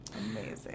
amazing